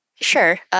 Sure